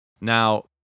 now